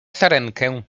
sarenkę